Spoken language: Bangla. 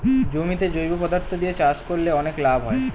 জমিতে জৈব পদার্থ দিয়ে চাষ করলে অনেক লাভ হয়